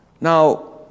Now